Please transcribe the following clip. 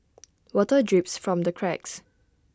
water drips from the cracks